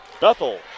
Bethel